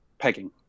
pegging